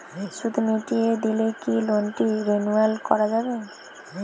সুদ মিটিয়ে দিলে কি লোনটি রেনুয়াল করাযাবে?